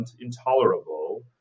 intolerable